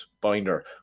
Binder